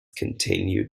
continue